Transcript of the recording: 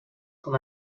com